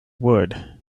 would